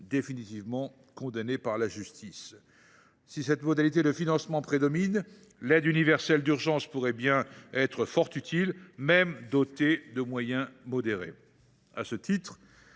définitivement condamné. Si cette modalité de financement prédomine, l’aide universelle d’urgence pourrait bien être fort utile, même si elle est dotée de moyens modérés. À ce titre,